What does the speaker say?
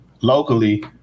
Locally